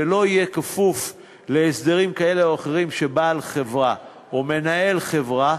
ולא יהיה כפוף להסדרים כאלה ואחרים שבעל חברה או מנהל חברה,